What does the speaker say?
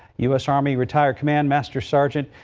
us army retired command master sergeant,